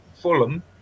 Fulham